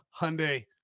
Hyundai